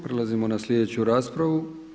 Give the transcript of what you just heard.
Prelazimo na sljedeću raspravu.